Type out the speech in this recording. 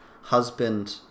husband